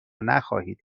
نخواهید